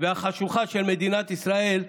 והחשוכה של מדינת ישראל,